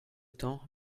temps